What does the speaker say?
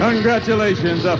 Congratulations